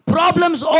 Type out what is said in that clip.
Problems